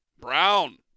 Brown